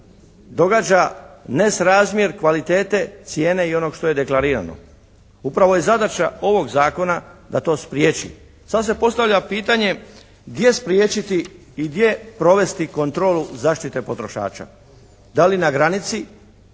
događa nesrazmjer kvalitete cijene i onog što je deklarirano. Upravo je zadaća ovog zakona da to spriječi. Sad se postavlja pitanje gdje spriječiti i gdje provesti kontrolu zaštite potrošača. Da li na granici,